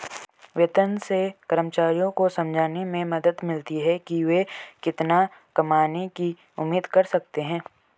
वेतन से कर्मचारियों को समझने में मदद मिलती है कि वे कितना कमाने की उम्मीद कर सकते हैं